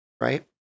Right